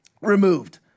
removed